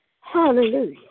Hallelujah